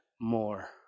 more